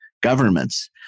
governments